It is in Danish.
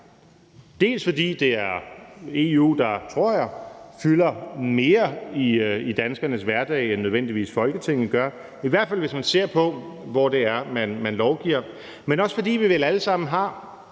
dels fordi det er EU der, tror jeg, fylder mere i danskernes hverdag, end nødvendigvis Folketinget gør, i hvert fald hvis man ser på, hvor det er, man lovgiver, men også fordi vi vel alle sammen har